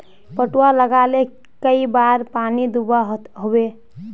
पटवा लगाले कई बार पानी दुबा होबे?